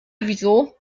wieso